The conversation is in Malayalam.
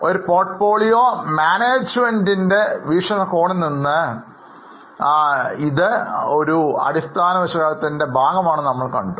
ഒരു പോർട്ടഫോളിയോ മാനേജ്മെൻറ് കോണിൽനിന്ന് ഇത് അടിസ്ഥാന വിശകലനത്തിന്റെ ഭാഗമാണെന്ന് നമ്മൾ കണ്ടു